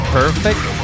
perfect